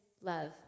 love